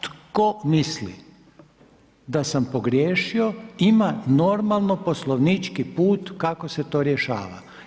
Tko misli da sam pogriješio ima normalno poslovnički put kako se to rješava.